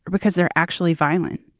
because they're actually violent?